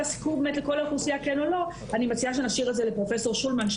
האם לכל האוכלוסייה כן או לא אני מציעה שנשאיר את זה לפרופ' שולמן,